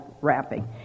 wrapping